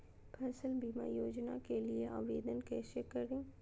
फसल बीमा योजना के लिए आवेदन कैसे करें?